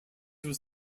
was